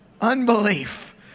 unbelief